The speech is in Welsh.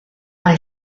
mae